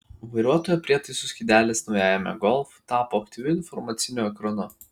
vairuotojo prietaisų skydelis naujajame golf tapo aktyviu informaciniu ekranu